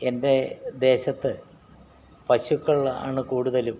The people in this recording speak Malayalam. എൻ്റെ ദേശത്ത് പശുക്കളാണ് കൂടുതലും